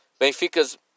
Benfica's